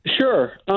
Sure